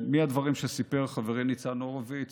מהדברים שסיפר חברי ניצן הורוביץ,